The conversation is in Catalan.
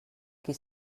qui